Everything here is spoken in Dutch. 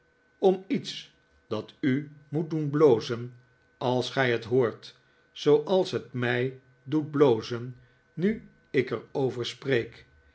u moet doen blozen als gij het hoort zooals het mij doet blozen nu ik er over spreek